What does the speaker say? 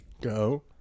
Go